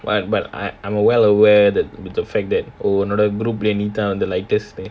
well but i~ I'm well aware that the fact that oh நீ தான் வந்து:nee thaan vandhu